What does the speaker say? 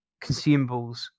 consumables